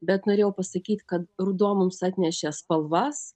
bet norėjau pasakyt kad ruduo mums atnešė spalvas